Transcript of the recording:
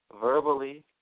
verbally